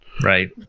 Right